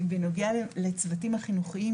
בנוגע לצוותים החינוכיים,